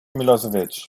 milosevic